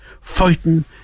Fighting